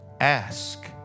Ask